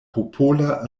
popola